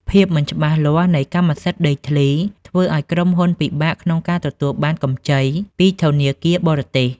ភាពមិនច្បាស់លាស់នៃកម្មសិទ្ធិដីធ្លី ធ្វើឱ្យក្រុមហ៊ុនពិបាកក្នុងការទទួលបានកម្ចីពីធនាគារបរទេស។